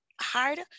hard